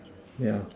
yeah